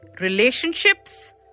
relationships